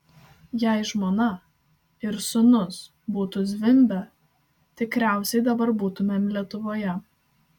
jei žmona ir sūnus būtų zvimbę tikriausiai dabar būtumėm lietuvoje